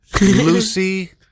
Lucy